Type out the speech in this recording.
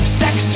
sex